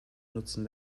nutzen